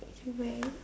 it's where